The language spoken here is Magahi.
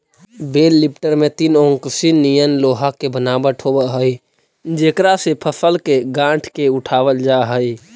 बेल लिफ्टर में तीन ओंकसी निअन लोहा के बनावट होवऽ हई जेकरा से फसल के गाँठ के उठावल जा हई